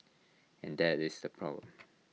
and that is the problem